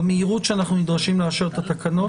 במהירות שאנחנו נדרשים לאשר את התקנות,